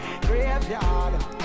Graveyard